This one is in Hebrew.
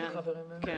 כן.